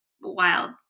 wild